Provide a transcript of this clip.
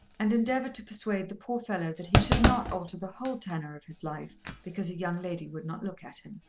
and endeavoured to persuade the poor fellow that he should not alter the whole tenor of his life because a young lady would not look at him.